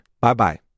Bye-bye